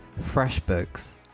FreshBooks